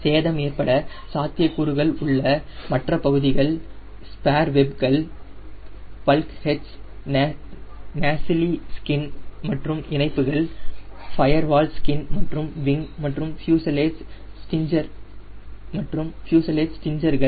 சேதம் ஏற்பட சாத்தியக்கூறுகள் உள்ள மற்ற பகுதிகள் spar webs bulkheads nacelle skin மற்றும் இணைப்புகள் ஃபயர்வால் ஸ்கின் மற்றும் விங் மற்றும் ஃப்யூசலேஜ் ஸ்டின்ஜர்கள்